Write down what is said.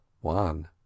one